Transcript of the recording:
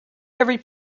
every